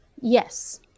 Yes